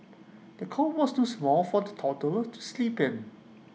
the cot was too small for the toddler to sleep in